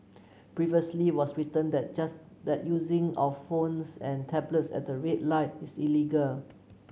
previously was written that just that using of phones and tablets at the red light is illegal